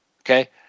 Okay